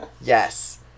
Yes